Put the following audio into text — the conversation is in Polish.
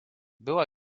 była